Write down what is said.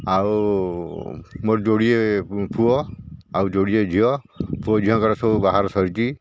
ଆଉ ମୋର ଯୋଡ଼ିଏ ପୁଅ ଆଉ ଯୋଡ଼ିଏ ଝିଅ ପୁଅ ଝିଅଙ୍କର ସବୁ ବାହାଘର ସରିଛି